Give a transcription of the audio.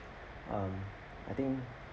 um I think